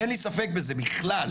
אין לי ספק בזה בכלל.